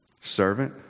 servant